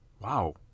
Wow